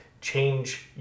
Change